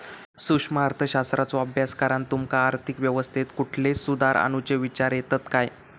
सूक्ष्म अर्थशास्त्राचो अभ्यास करान तुमका आर्थिक अवस्थेत कुठले सुधार आणुचे विचार येतत काय?